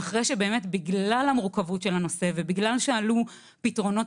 בגלל המורכבות של הנושא ובגלל שעלו פתרונות